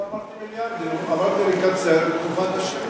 לא אמרתי מיליארדים, אמרתי נקצר את תקופת השירות.